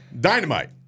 dynamite